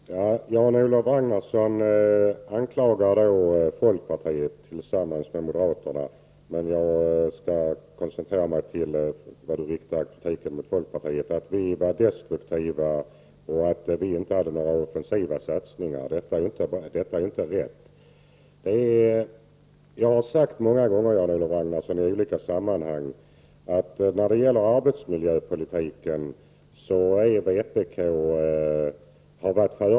Herr talman! Jan-Olof Ragnarsson anklagar folkpartiet och moderaterna, men jag skall koncentrera mig på kritiken mot folkpartiet för att vi skulle vara destruktiva och inte göra offensiva satsningar. Detta är inte rätt. Jag har sagt många gånger i olika sammanhang att vpk har varit föregångare när det gäller arbetsmiljöpolitiken.